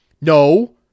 No